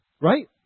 right